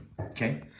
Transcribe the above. okay